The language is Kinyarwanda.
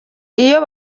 iyo